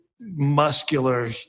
muscular